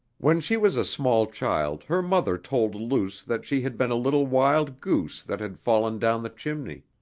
when she was a small child her mother told luce that she had been a little wild goose that had fallen down the chimney